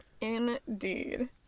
indeed